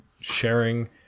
sharing